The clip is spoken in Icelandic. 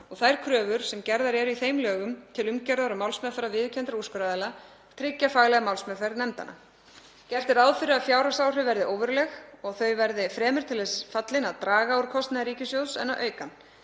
Þær kröfur sem gerðar eru í þeim lögum til umgjarðar og málsmeðferðar viðurkenndra úrskurðaraðila tryggja faglega málsmeðferð nefndanna. Gert er ráð fyrir að fjárhagsáhrif verði óveruleg og þau verði fremur til þess fallin að draga úr kostnaði ríkissjóðs en að auka hann.